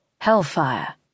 Hellfire